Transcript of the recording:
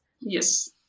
Yes